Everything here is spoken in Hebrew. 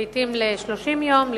לעתים ל-30 יום,